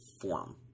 form